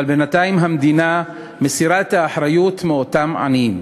אבל בינתיים המדינה מסירה את האחריות מאותם עניים.